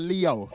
Leo